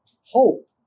Hope